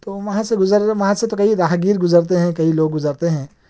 تو وہاں سے گُزر وہاں سے تو کٮٔی راہ گیر گُزرتے ہیں کٮٔی لوگ گُزرتے ہیں